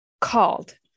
called